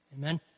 Amen